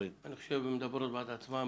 אני חושב ששתי השאלות מדברות בעד עצמן,